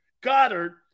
Goddard